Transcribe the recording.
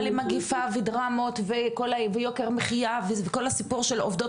למגיפה ודרמות וכל עניין יוקר המחייה וכל הסיפור של עובדות